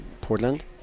Portland